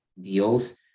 deals